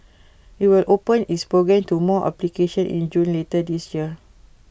IT will open its program to more application in June later this year